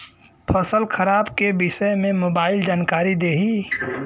फसल खराब के विषय में मोबाइल जानकारी देही